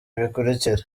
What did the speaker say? bikurikira